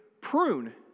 prune